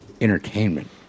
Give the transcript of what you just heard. entertainment